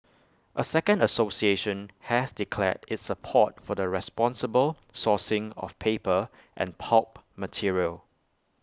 A second association has declared its support for the responsible sourcing of paper and pulp material